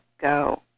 go